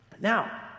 Now